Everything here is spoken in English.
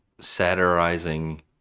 satirizing